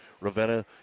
Ravenna